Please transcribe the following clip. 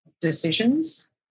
Decisions